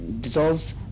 dissolves